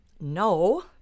no